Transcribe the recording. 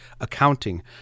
accounting